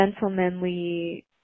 gentlemanly